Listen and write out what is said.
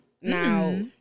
now